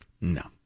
No